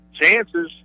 chances